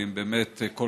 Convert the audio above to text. ואם באמת כל